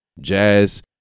jazz